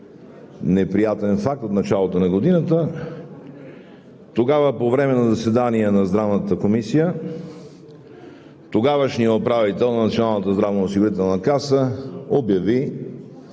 неприятен факт от началото на годината. Тогава, по време на заседание на Здравната комисия, тогавашният управител на Националната здравноосигурителна каса обяви